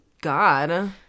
God